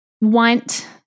want